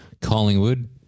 Collingwood